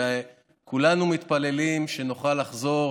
וכולנו מתפללים שנוכל לחזור